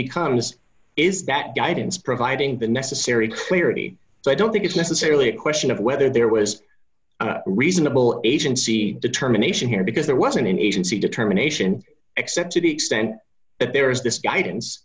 becomes is that guidance providing the necessary clarity so i don't think it's necessarily a question of whether there was a reasonable agency determination here because there wasn't an agency determination except to the extent that there is this guidance